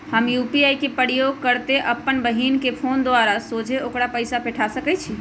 हम यू.पी.आई के प्रयोग करइते अप्पन बहिन के फ़ोन नंबर द्वारा सोझे ओकरा पइसा पेठा सकैछी